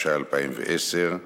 התשע"א 2010,